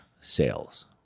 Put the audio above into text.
sales